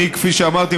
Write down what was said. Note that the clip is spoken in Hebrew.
כפי שאמרתי,